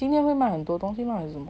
今天会卖很多东西 meh as in